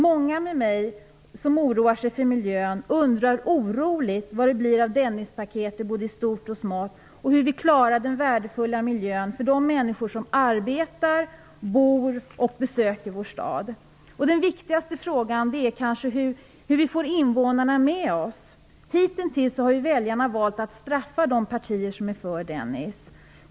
Många med mig oroar sig för miljön och undrar oroligt vad det blir av Dennispaketet i både stort och smått och hur vi klarar den värdefulla miljön för de människor som arbetar i, bor i och besöker vår stad. Den viktigaste frågan är kanske hur vi får invånarna med oss. Hitintills har väljarna valt att straffa de partier som är för Dennis.